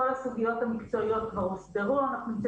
כל הסוגיות המקצועיות כבר הוסדרו ואנחנו די